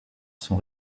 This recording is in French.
son